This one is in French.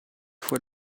fois